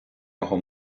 його